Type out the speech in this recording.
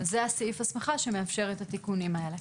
זה הסעיף הסמכה שמאפשר את התיקונים האלה.